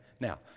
Now